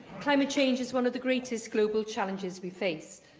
climate change is one of the greatest global challenges we face.